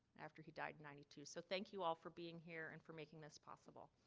after he died in ninety two so thank you all for being here and for making this possible.